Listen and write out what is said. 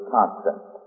Constant